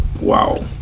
wow